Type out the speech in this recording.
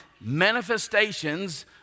manifestations